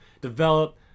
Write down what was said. develop